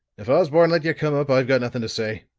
if osborne let you come up i've got nothing to say.